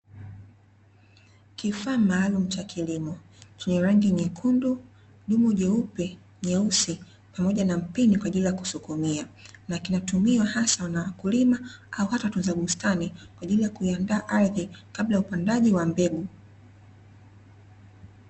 Kifaa maalumu cha kilimo chenye rangi nyekundu, nyeupe, nyeusi pamoja na mpini kwa ajili ya kusukumia na kinatumiwa hasa na wakulima au hata watunza bustani kwa ajili ya kuandaa ardhi kabla ya upandaji wa mbegu.